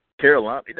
Carolina